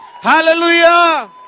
Hallelujah